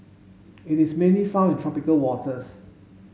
it is mainly found in tropical waters